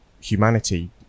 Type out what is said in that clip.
humanity